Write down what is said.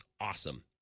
awesome